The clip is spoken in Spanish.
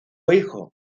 hijo